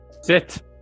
Sit